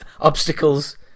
obstacles